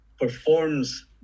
performs